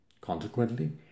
Consequently